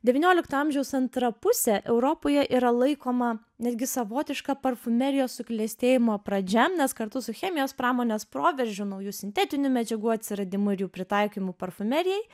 devyniolikto amžiaus antra pusė europoje yra laikoma netgi savotiška parfumerijos suklestėjimo pradžia nes kartu su chemijos pramonės proveržiu naujų sintetinių medžiagų atsiradimu ir jų pritaikymu parfumerijai